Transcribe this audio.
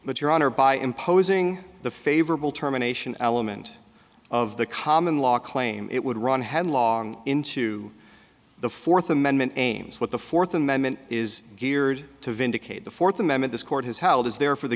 but your honor by imposing the favorable terminations element of the common law claim it would run headlong into the fourth amendment aims with the fourth amendment is geared to vindicate the fourth amendment this court has held is there for the